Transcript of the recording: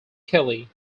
kelley